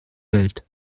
welt